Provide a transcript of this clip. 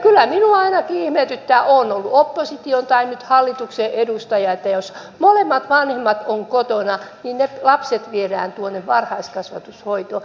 kyllä minua ainakin ihmetyttää olen sitten opposition tai hallituksen edustaja että jos molemmat vanhemmat ovat kotona niin ne lapset viedään tuonne varhaiskasvatushoitoon